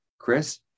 Chris